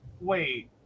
wait